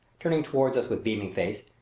turning toward us with beaming face,